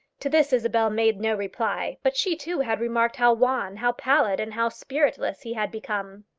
to this isabel made no reply but she, too, had remarked how wan, how pallid, and how spiritless he had become.